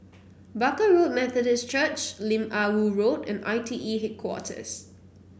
Barker Road Methodist Church Lim Ah Woo Road and I T E Headquarters